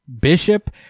Bishop